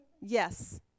Yes